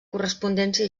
correspondència